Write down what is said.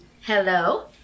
Hello